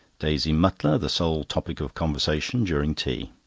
daisy mutlar the sole topic of conversation during tea.